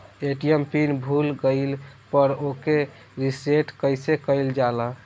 ATM pin भूल गईल पर ओके रीसेट कइसे कइल जाला?